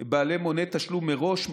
הם בעלי מונה תשלום מראש,